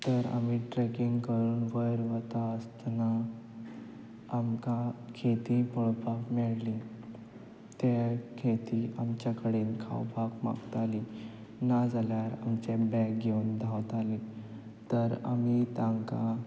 तर आमी ट्रॅकिंग करून वयर वता आसतना आमकां खेतीं पळोवपाक मेळ्ळीं ते खेतीं आमचे कडेन खावपाक मागतालीं ना जाल्यार आमचें बॅग घेवून धांवतालीं तर आमी तांकां